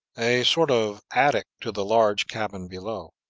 a sort of attic to the large cabin below.